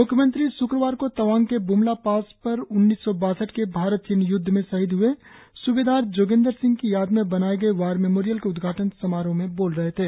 मुख्यमंत्री श्क्रवार को तवांग के बुमला पास पर उन्नीस सौ बासठ के भारत चीन युद्ध में शहीद हुए सुबेदार जोगेंदर सिंह की याद में बनाए गए वार मेमोरियल के उद्घाटन समारोह में बोल रहे थे